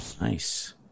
Nice